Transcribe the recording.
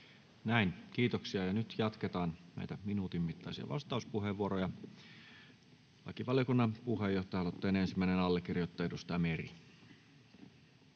Näin, kiitoksia. — Ja nyt jatketaan näitä minuutin mittaisia vastauspuheenvuoroja. — Lakivaliokunnan puheenjohtaja, aloitteen ensimmäinen allekirjoittaja, edustaja Meri.